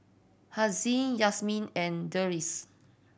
Aziz Yasmin and Deris